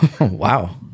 Wow